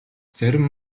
зарим